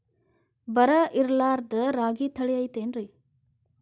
ಬರ ಇರಲಾರದ್ ರಾಗಿ ತಳಿ ಐತೇನ್ರಿ?